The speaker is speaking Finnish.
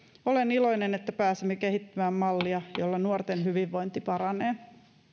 olen iloinen että pääsemme kehittämään mallia jolla nuorten hyvinvointi paranee